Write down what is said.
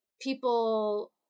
people